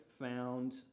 found